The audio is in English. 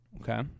Okay